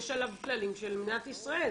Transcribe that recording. יש עליו כללים של מדינת ישראל.